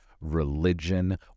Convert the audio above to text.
religion